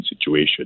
situation